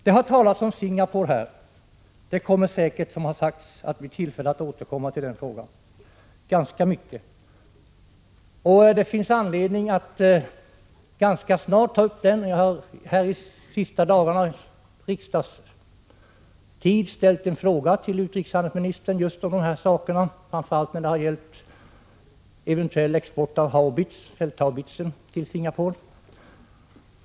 Det har talats om Singapore, och det kommer säkert att bli tillfälle att ganska mycket återkomma till den frågan. Det blir snart anledning att ta upp den, då jag de senaste dagarna har ställt en fråga till utrikeshandelsministern om just dessa saker, framför allt om eventuell export av fälthaubitsen till Singapore.